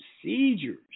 procedures